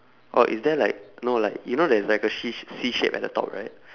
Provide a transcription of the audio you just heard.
or is there like no like you know there is like C sha~ C shape at the top right